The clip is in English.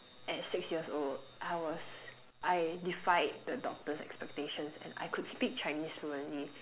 at six years old I was I defied the doctor's expectations and I could speak Chinese fluently